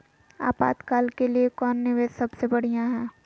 आपातकाल के लिए कौन निवेस सबसे बढ़िया है?